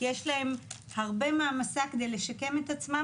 כי יש להם הרבה מעמסה כדי לשקם את עצמם.